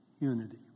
Unity